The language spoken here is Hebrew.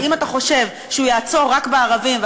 ואם אתה חושב שהוא יעצור רק בערבים,